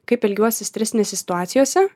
kaip elgiuosi stresinėse situacijose